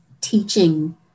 teaching